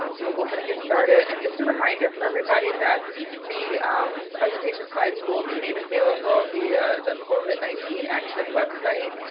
um so we'll go ahead and get started. and just a reminder for everybody that the presentation slides will be made available via the covid nineteen action website.